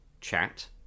chat